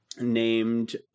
named